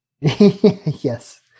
Yes